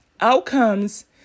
outcomes